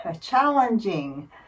challenging